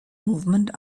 movement